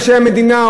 ראשי המדינה,